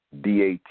DAT